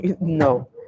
No